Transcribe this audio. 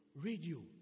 radio